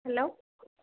hello